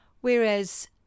Whereas